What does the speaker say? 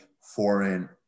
foreign